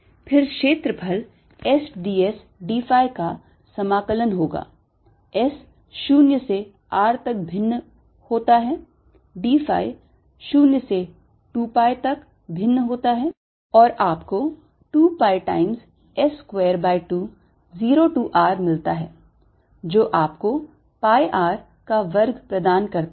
फिर क्षेत्रफल S d s d phi का समाकलन होगा S 0 से r तक भिन्न होता है d phi 0 से 2 pi तक भिन्न होता है और आपको 2 pi times S square by 2 0 to r मिलता है जो आपको pi r का वर्ग प्रदान करता है